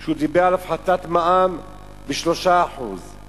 על הפחתת מע"מ ב-3%;